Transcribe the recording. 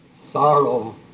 sorrow